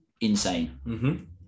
insane